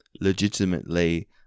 legitimately